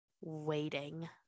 waiting